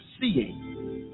seeing